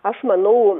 aš manau